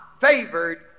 favored